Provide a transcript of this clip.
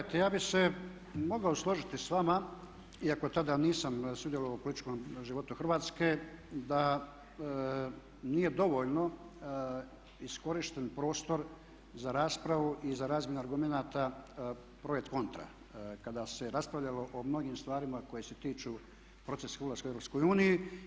Pa gledajte, ja bih se mogao složiti s vama iako tada nisam sudjelovao u političkom životu Hrvatske da nije dovoljno iskorišten prostor za raspravu i za razmjenu argumenata projekt kontra kada se raspravljalo o mnogim stvarima koje se tiču procesa ulaska u EU.